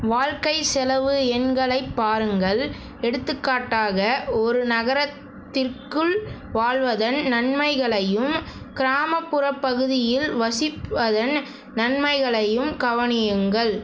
வாழ்க்கைச் செலவு எண்களைப் பாருங்கள் எடுத்துக்காட்டாக ஒரு நகரத்திற்குள் வாழ்வதன் நன்மைகளையும் கிராமப்புறப் பகுதியில் வசிப்பதன் நன்மைகளையும் கவனியுங்கள்